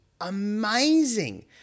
amazing